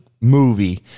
movie